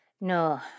No